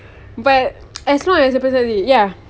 but as long as the person is